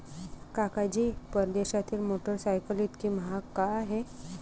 काका जी, परदेशातील मोटरसायकल इतकी महाग का आहे?